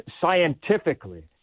scientifically